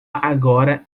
agora